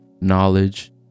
knowledge